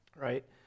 right